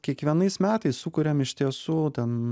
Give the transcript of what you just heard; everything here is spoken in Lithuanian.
kiekvienais metais sukuriam iš tiesų ten